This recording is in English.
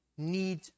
need